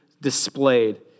displayed